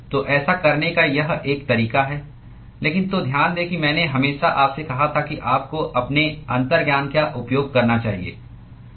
तो ऐसा करने का यह एक तरीका है लेकिन तो ध्यान दें कि मैंने हमेशा आपसे कहा था कि आपको अपने अंतर्ज्ञान का उपयोग करना चाहिए